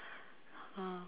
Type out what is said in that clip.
ah